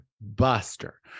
Buster